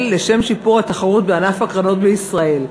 לשם שיפור התחרות בענף הקרנות בישראל,